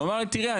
הוא אמר לי תראה,